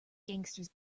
gangsters